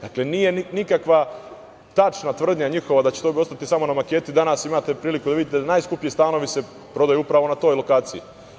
Dakle, nije tačna njihova tvrdnja da će to ostati samo na maketi, jer danas imate priliku da vidite da se najskuplji stanovi prodaju upravo na toj lokaciji.